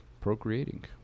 procreating